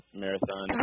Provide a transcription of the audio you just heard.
marathon